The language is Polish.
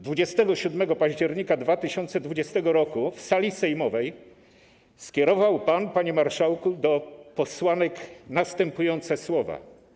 27 października 2020 r. w sali sejmowej skierował pan, panie marszałku, do posłanek następujące słowa: